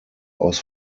aus